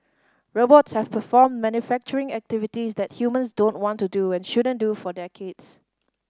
robots have performed manufacturing activities that humans don't want to do or shouldn't do for decades